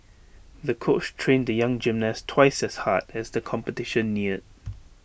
the coach trained the young gymnast twice as hard as the competition neared